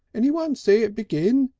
anyone see it begin?